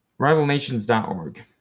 rivalnations.org